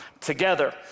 together